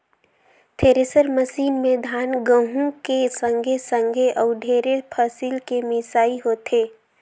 thresher machine में धान, गहूँ के संघे संघे अउ ढेरे फसिल के मिसई होथे